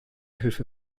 hilfe